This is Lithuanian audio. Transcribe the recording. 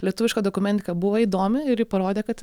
lietuviška dokumentika buvo įdomi ir ji parodė kad